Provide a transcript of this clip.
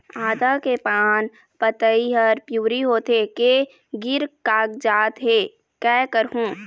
आदा के पान पतई हर पिवरी होथे के गिर कागजात हे, कै करहूं?